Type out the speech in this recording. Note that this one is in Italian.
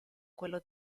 quello